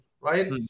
Right